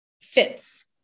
fits